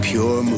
Pure